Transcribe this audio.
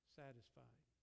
satisfied